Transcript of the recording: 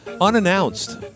unannounced